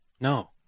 No